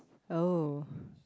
oh